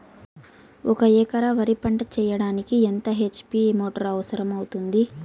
ఒక ఎకరా వరి పంట చెయ్యడానికి ఎంత హెచ్.పి మోటారు అవసరం అవుతుంది?